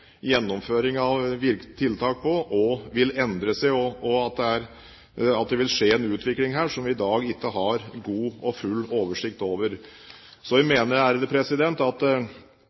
gjennomføring av tiltak på også vil endre seg, og at det vil skje en utvikling her som vi i dag ikke har god og full oversikt over. Så jeg mener